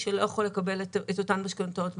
שלא יכול לקבל את אותן משכנתאות מהבנק,